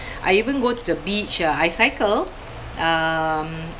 I even go to the beach uh I cycle um